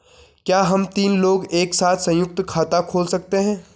क्या हम तीन लोग एक साथ सयुंक्त खाता खोल सकते हैं?